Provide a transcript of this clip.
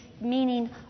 meaning